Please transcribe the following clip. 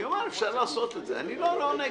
אפשר לעשות את זה, אני לא נגד.